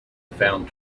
found